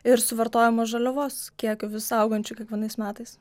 ir suvartojamu žaliavos kiekiu vis augančių kiekvienais metais